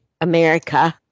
America